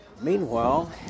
Meanwhile